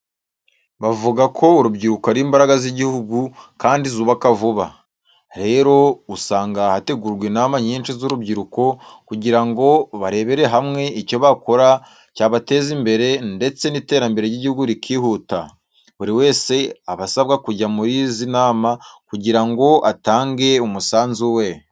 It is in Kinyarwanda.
Bavuga ko urubyiruko ari imbaraga z'igihugu kandi zubaka vuba. Rero usanga hategurwa inama nyinshi z'urubyiruko kugira ngo barebere hamwe icyo bakora cyabateza imbere, ndetse n'iterambere ry'igihugu rikihuta. Buri wese aba asabwa kujya muri izi nama kugira ngo atange umusanzu we.